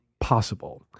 possible